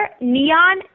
neon